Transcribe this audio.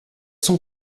sont